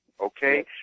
Okay